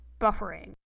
buffering